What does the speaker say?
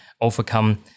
overcome